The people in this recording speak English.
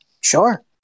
Sure